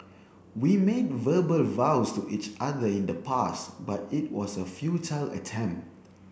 we made verbal vows to each other in the past but it was a futile attempt